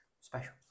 special